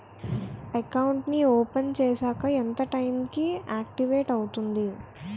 Account నీ open చేశాక ఎంత టైం కి ఆక్టివేట్ అవుతుంది?